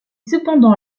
cependant